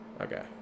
okay